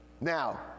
Now